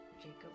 Jacob